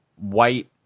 white